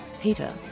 Peter